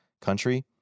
country